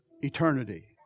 eternity